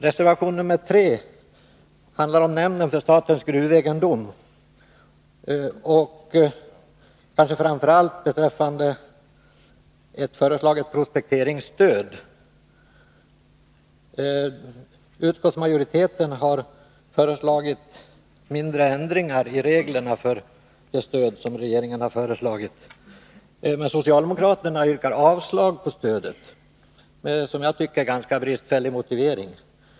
Reservation 3 handlar om nämnden för statens gruvegendom och gäller framför allt ett förslag om prospekteringsstöd. Utskottsmajoriteten har föreslagit mindre ändringar i reglerna för det stöd som regeringen har föreslagit. Socialdemokraterna yrkar avslag på förslaget om stöd med en, som jag tycker, ganska bristfällig motivering.